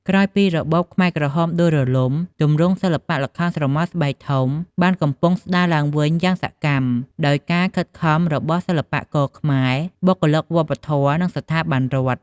ក្រោយពីរបបខ្មែរក្រហមដួលរលំ ទម្រង់សិល្បៈល្ខោនស្រមោលស្បែកធំបានកំពុងស្តារឡើងវិញយ៉ាងសកម្ម ដោយការខិតខំរបស់សិល្បករខ្មែរ បុគ្គលិកវប្បធម៌ និងស្ថាប័នរដ្ឋ។